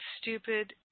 stupid